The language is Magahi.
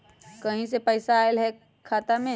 कहीं से पैसा आएल हैं खाता में?